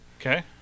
okay